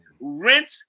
rent